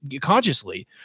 consciously